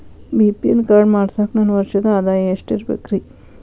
BPL card ಮಾಡ್ಸಾಕ ನನ್ನ ವರ್ಷದ್ ಆದಾಯ ಎಷ್ಟ ಇರಬೇಕ್ರಿ?